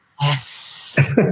Yes